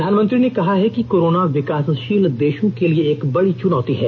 प्रधानमंत्री ने कहा है कि कोरोना विकासषील देषों के लिए एक बड़ी चुनौती है